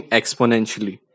exponentially